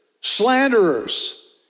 Slanderers